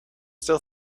still